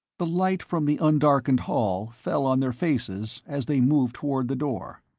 the light from the undarkened hall fell on their faces as they moved toward the door.